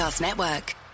Network